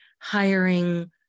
hiring